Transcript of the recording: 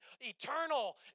eternal